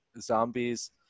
zombies